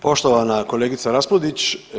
Poštovana kolegice Raspudić.